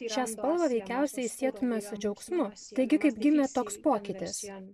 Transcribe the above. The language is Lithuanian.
ir šią spalvą veikiausiai sietume su džiaugsmu taigi kaip gimė toks pokytis